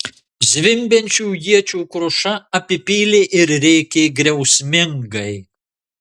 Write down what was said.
zvimbiančių iečių kruša apipylė ir rėkė griausmingai